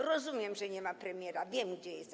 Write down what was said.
Rozumiem, że nie ma premiera, wiem, gdzie jest.